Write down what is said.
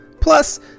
Plus